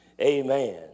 Amen